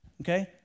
okay